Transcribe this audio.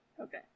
Okay